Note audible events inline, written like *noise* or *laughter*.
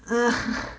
(uh huh) *breath*